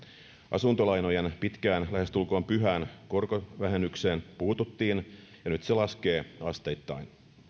asuntolainojen pitkään lähestulkoon pyhään korkovähennykseen puututtiin ja nyt se laskee asteittain